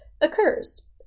occurs